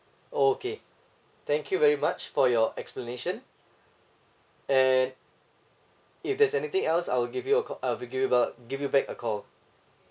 okay thank you very much for your explanation and if there's anything else I will give you a call I will give up give you back a call